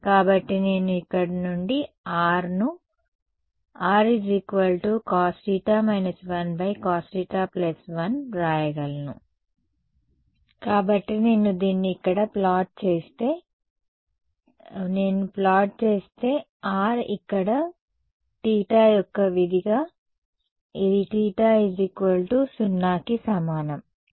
కాబట్టి నేను ఇక్కడ నుండి R ను cos θ−1 R cos θ1 వ్రాయగలను కాబట్టి నేను దీన్ని ఇక్కడ ప్లాట్ చేస్తే నేను ప్లాట్ చేస్తే |R| ఇక్కడ θ యొక్క విధిగా ఇది θ 0కి సమానం